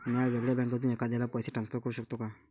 म्या वेगळ्या बँकेतून एखाद्याला पैसे ट्रान्सफर करू शकतो का?